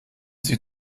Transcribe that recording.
sie